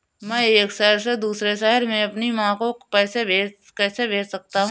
मैं एक शहर से दूसरे शहर में अपनी माँ को पैसे कैसे भेज सकता हूँ?